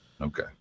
Okay